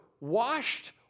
washed